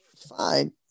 Fine